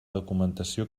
documentació